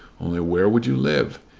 only where would you live?